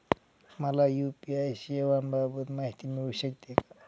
मला यू.पी.आय सेवांबाबत माहिती मिळू शकते का?